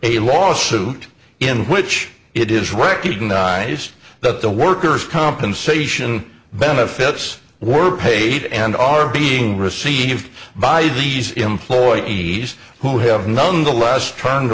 a lawsuit in which it is recognized that the workers compensation benefits were paid and are being received by these employees who have